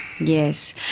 Yes